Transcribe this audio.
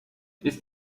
ist